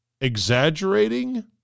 Exaggerating